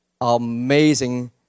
amazing